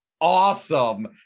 awesome